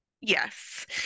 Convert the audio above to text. Yes